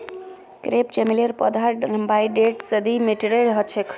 crepe चमेलीर पौधार लम्बाई डेढ़ स दी मीटरेर ह छेक